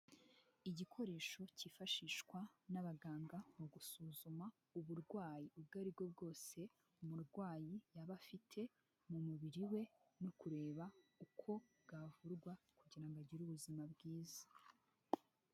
Igikoresho cyifashishwa n'abaganga mu gusuzuma uburwayi ubwo ari bwo bwose umurwayi yaba afite mu mubiri we, no kureba uko bwavurwa kugira ngo agire ubuzima bwiza.